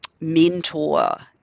mentor